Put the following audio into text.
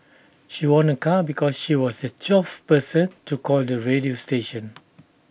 she won A car because she was the twelfth person to call the radio station